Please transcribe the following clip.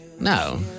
No